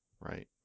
Right